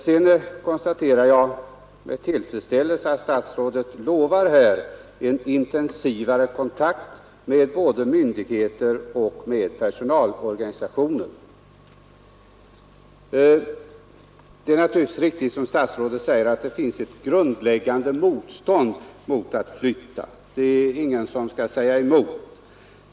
Sedan konstaterar jag med tillfredsställelse att statsrådet lovar en intensivare kontakt med både myndigheter och personalorganisationer. Det är naturligtvis riktigt som statsrådet säger att det finns ett grundläggande motstånd mot att flytta — det skall ingen bestrida.